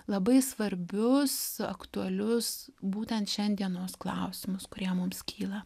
labai svarbius aktualius būtent šiandienos klausimus kurie mums kyla